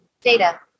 Data